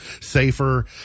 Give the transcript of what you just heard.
safer